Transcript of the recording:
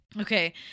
Okay